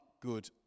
good